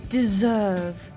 Deserve